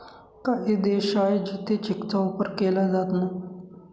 काही देश आहे जिथे चेकचा वापर केला जात नाही